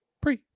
pre